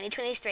2023